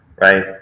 right